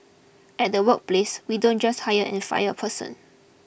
at the workplace we don't just hire and fire a person